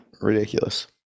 ridiculous